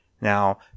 Now